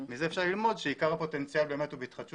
מזה אפשר ללמוד שעיקר הפוטנציאל הוא בהתחדשות